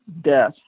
death